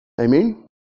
Amen